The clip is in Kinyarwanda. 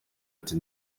ati